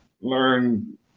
learn